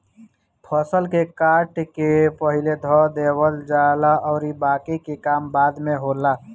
फसल के काट के पहिले धअ देहल जाला अउरी बाकि के काम बाद में होला